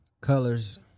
Colors